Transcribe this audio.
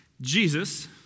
Jesus